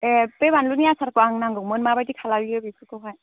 ए बे बानलुनि आसारखौ आंनो नांगौमोन माबायदि खालामो बेफोरखौहाय